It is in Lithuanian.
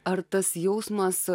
ar tas jausmas